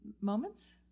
moments